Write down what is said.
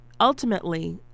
ultimately